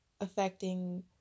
affecting